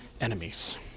enemies